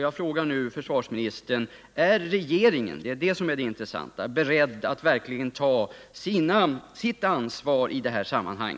Jag frågar nu försvarsministern: Är regeringen — det är det som är det intressanta — beredd att verkligen ta sitt ansvar i detta sammanhang?